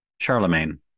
Charlemagne